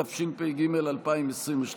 התשפ"ג 2022,